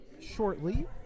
shortly